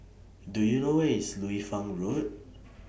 Do YOU know Where IS Liu Fang Road